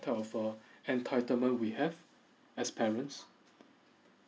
type of uh entitlement we have as parents